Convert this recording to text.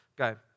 Okay